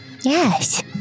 Yes